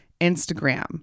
Instagram